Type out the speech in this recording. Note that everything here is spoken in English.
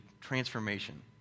transformation